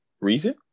reason